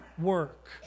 work